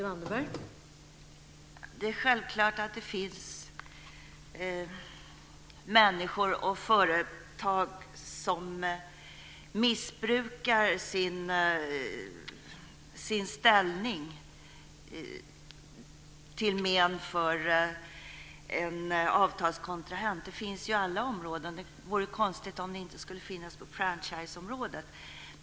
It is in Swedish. Fru talman! Det är självklart att det finns människor och företag som missbrukar sin ställning till men för en avtalskontrahent. Det förekommer inom alla områden, och det vore konstigt om det inte skulle förekomma på franchiseområdet.